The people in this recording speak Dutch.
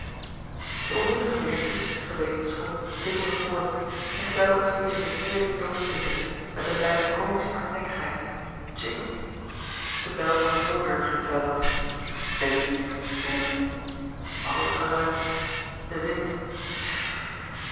de onwillige vingertjes gewetensvol tikkelden voort en telkens weêr de verkeerde toon tikkende met eene bijna komische hardnekkigheid tjing de bel van de voordeur ging telkens tingeling tingeling al dat geluid de wind